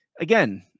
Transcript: again